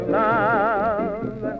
love